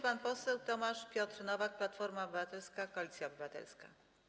Pan poseł Tomasz Piotr Nowak, Platforma Obywatelska - Koalicja Obywatelska.